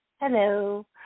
hello